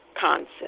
concept